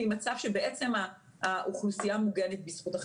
ועם מצב שבעצם האוכלוסייה מוגנת בזכות החיסונים.